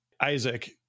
Isaac